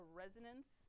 resonance